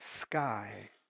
sky